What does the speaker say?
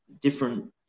different